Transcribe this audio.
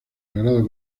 sagrados